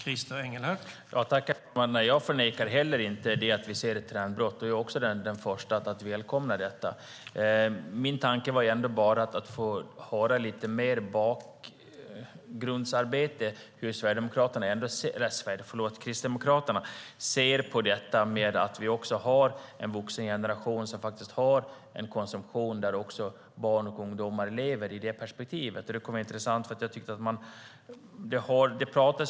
Herr talman! Jag förnekar inte heller att vi ser ett trendbrott, och jag är den förste att välkomna detta. Min tanke var bara att få höra lite mer om bakgrundsarbetet och hur Kristdemokraterna ser på att vi också har en vuxengeneration som har en hög alkoholkonsumtion och hos vilken också barn och ungdomar lever. Det skulle vara intressant att få detta perspektiv.